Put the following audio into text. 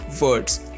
words